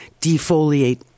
defoliate